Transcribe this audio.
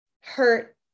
hurt